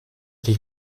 dich